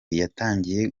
yatangiye